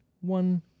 one